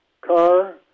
car